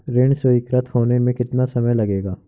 ऋण स्वीकृत होने में कितना समय लगेगा?